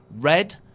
red